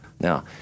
Now